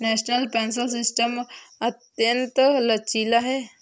national pension system अत्यंत लचीला है